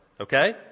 okay